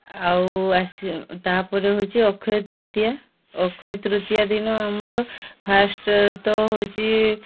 ଆଉ ତା'ପରେ ହେଉଛି ଅକ୍ଷୟ ତୃତୀୟା ଅକ୍ଷୟ ତୃତୀୟା ଦିନ ଆମର ଫାଷ୍ଟ୍ ତ ହେଉଛି